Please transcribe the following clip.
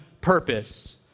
purpose